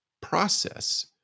process